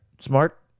smart